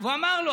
ואמר לו.